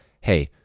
hey